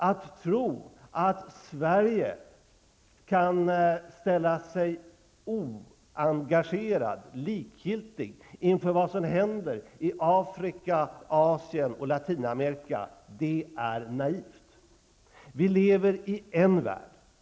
Att tro att Sverige kan ställa sig oengagerat, likgiltigt, inför vad som händer i Afrika, Asien och Latinamerika -- det är naivt. Vi lever i en värld.